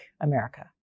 America